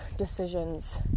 Decisions